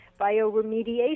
bioremediation